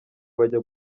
bajya